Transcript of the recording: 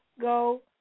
go